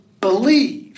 believe